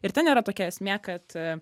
ir ten yra tokia esmė kad